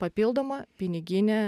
papildomą piniginę